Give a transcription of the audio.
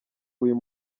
uyu